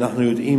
אנחנו יודעים